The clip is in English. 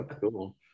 cool